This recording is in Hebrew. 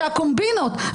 שהקומבינות,